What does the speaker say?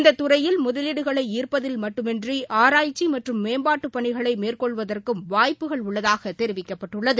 இந்த துறையில் முதலீடுகளை ஈர்ப்பதில் மட்டுமின்றி ஆராய்ச்சி மற்றும் மேம்பாட்டு பணிகளை மேற்கொள்வதற்கும் வாய்ப்புகள் உள்ளதாக தெரிவிக்கப்பட்டுள்ளது